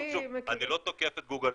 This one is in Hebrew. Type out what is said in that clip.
שוב, אני לא תוקף את גוגל.